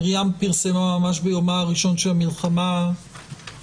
מרים פרסמה ממש ביומה הראשון של המלחמה תפילה